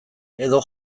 edo